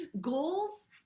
Goals